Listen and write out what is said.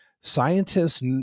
scientists